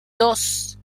dos